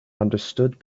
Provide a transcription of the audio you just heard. understood